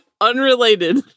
unrelated